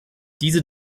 diese